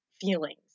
feelings